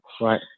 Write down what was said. right